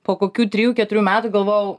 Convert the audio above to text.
po kokių trijų keturių metų galvojau